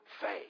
faith